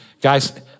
guys